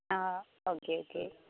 ആ okay okay